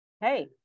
Hey